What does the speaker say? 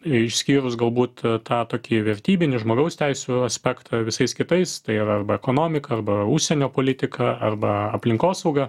išskyrus galbūt tą tokį vertybinį žmogaus teisių aspektą visais kitais tai yra arba ekonomika arba užsienio politika arba aplinkosauga